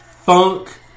Funk